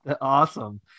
Awesome